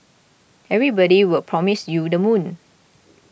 everybody will promise you the moon